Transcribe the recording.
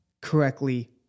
correctly